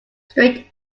straight